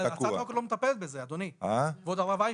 הצעת החוק לא מטפלת בזה אדוני כבוד הרב אייכלר.